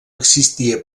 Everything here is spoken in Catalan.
existia